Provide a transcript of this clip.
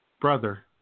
brother